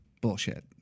bullshit